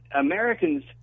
americans